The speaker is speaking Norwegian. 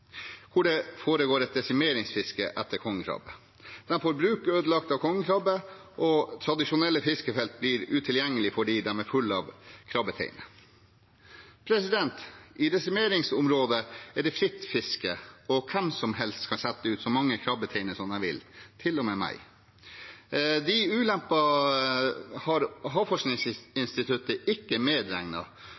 hvor det foregår et desimeringsfiske etter kongekrabbe. De får bruk ødelagt av kongekrabbe, og tradisjonelle fiskefelt blir utilgjengelige fordi de er fulle av krabbeteiner. I desimeringsområdet er det fritt fiske, og hvem som helst kan sette ut så mange krabbeteiner som de vil – til og med jeg. De ulempene har Havforskningsinstituttet ikke